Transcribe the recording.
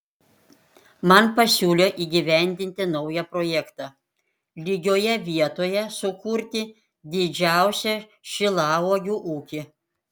man pasiūlė įgyvendinti naują projektą lygioje vietoje sukurti didžiausią šilauogių ūkį